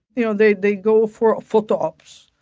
you know, they they go for photo ops,